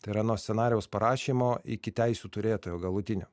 tai yra nuo scenarijaus parašymo iki teisių turėtojo galutinio